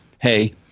hey